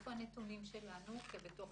איפה הנתונים שלנו?